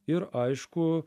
ir aišku